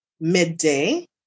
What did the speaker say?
Midday